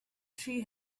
three